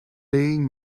being